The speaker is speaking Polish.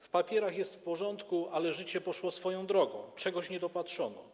W papierach jest w porządku, ale życie poszło swoją drogą, czegoś nie dopatrzono.